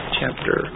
chapter